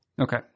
Okay